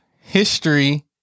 history